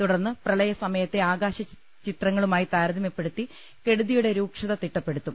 തുടർന്ന് പ്രള യസമയത്തെ ആകാശചിത്രങ്ങളുമായി താരതമ്യപ്പെടുത്തി കെടു തിയുടെ രൂക്ഷത തിട്ടപ്പെടുത്തും